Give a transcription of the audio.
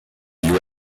you